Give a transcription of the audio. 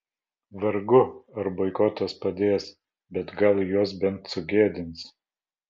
vargu ar boikotas padės bet gal juos bent sugėdins